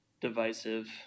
divisive